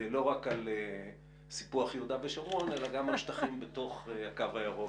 לא רק על סיפוח יהודה ושומרון אלא גם על שטחים בתוך הקו הירוק.